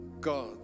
god